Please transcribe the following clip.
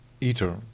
eater